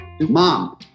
Mom